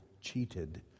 cheated